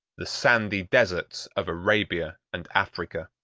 the sandy deserts of arabia and africa.